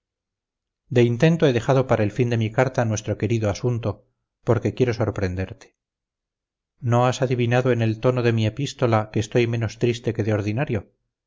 de intento he dejado para el fin de mi carta nuestro querido asunto porque quiero sorprenderte no has adivinado en el tono de mi epístola que estoy menos triste que de ordinario